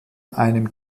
einem